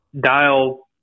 dial